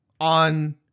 On